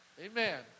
Amen